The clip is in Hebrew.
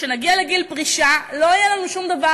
כשנגיע לגיל פרישה לא יהיה לנו שום דבר,